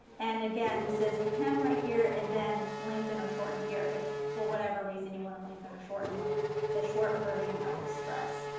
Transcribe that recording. and again this is the hem right here and then lengthen or shorten here if for whatever reason you want to lengthen or shorten the short version of this dress.